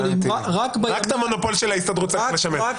את המונופול של ההסתדרות צריך לשמר.